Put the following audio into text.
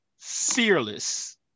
fearless